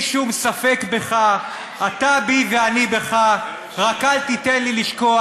שום ספק בך / אתה בי ואני בך / רק אל תיתן לי לשכוח"